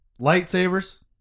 Lightsabers